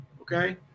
Okay